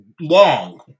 long